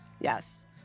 Yes